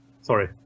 Sorry